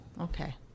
Okay